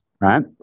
right